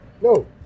No